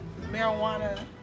marijuana